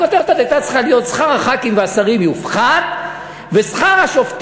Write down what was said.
הכותרת הייתה צריכה להיות: שכר חברי הכנסת והשרים יופחת,